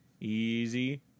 Easy